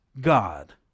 God